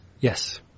Yes